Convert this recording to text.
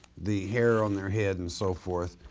the hair on their head and so forth